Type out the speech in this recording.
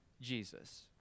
Jesus